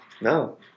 No